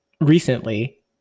recently